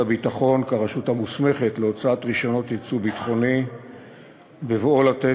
הביטחון כרשות המוסמכת להוצאת רישיונות ייצוא ביטחוני בבואו לתת